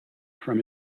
from